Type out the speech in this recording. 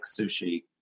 sushi